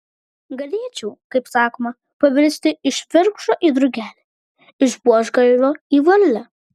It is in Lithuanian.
galėčiau kaip sakoma pavirsti iš vikšro į drugelį iš buožgalvio į varlę